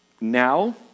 Now